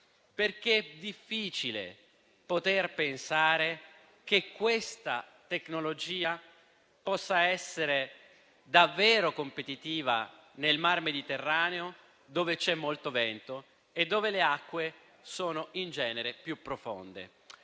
Perché è difficile pensare che questa tecnologia possa essere davvero competitiva nel mar Mediterraneo, dove c'è molto vento e dove le acque sono in genere più profonde.